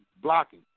blocking